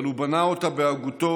אבל הוא בנה אותה בהגותו,